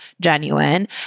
genuine